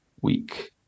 week